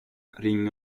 ring